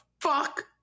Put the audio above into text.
fuck